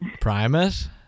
Primus